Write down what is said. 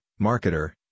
marketer